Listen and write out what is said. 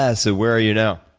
yeah so where are you now?